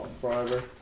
forever